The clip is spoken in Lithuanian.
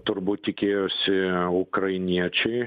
turbūt tikėjosi ukrainiečiai